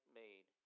made